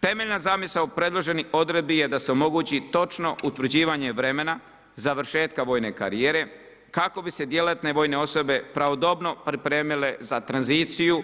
Temeljna zamisao predloženih odredbi je da se omogući točno utvrđivanje vremena završetka vojne karije kako bi se djelatne vojne osobe pravodobno pripremile za tranziciju